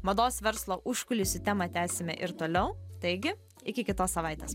mados verslo užkulisių temą tęsime ir toliau taigi iki kitos savaitės